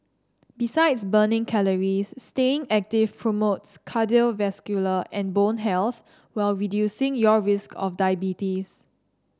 besides burning calories staying active promotes cardiovascular and bone health while reducing your risk of diabetes